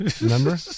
Remember